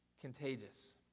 contagious